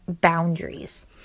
boundaries